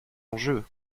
enjeu